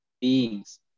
beings